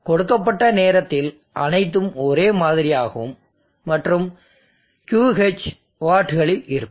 கொடுக்கப்பட்ட நேரத்தில் அனைத்தும் ஒரே மாதிரியாகவும் மற்றும் QH வாட்களில் இருக்கும்